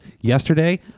yesterday